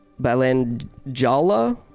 Balanjala